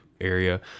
area